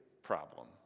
problem